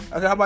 Okay